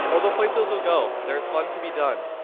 oh, the places you'll go! there is fun to be done.